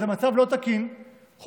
זה מצב לא תקין חוקתית,